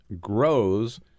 grows